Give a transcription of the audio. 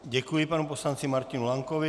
Děkuji panu poslanci Martinu Lankovi.